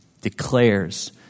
declares